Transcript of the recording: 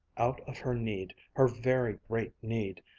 out of her need, her very great need,